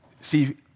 See